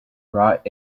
brought